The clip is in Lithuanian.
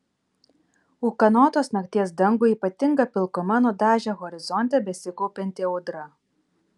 ūkanotos nakties dangų ypatinga pilkuma nudažė horizonte besikaupianti audra